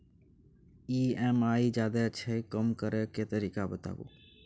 EMI ज्यादा छै कम करै के तरीका बताबू?